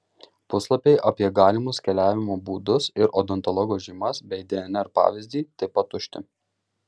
puslapiai apie galimus keliavimo būdus ir odontologo žymas bei dnr pavyzdį taip pat tušti